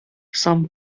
some